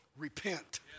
Repent